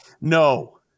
No